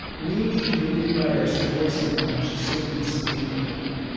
we need to rewrite our stories sometimes just so we can sleep at night.